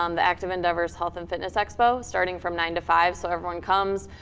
um the active endeavors health and fitness expo, starting from nine to five, so everyone comes.